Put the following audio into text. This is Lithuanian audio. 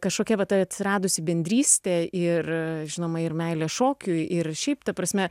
kažkokia vat atsiradusi bendrystė ir žinoma ir meilė šokiui ir šiaip ta prasme